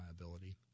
liability